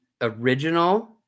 original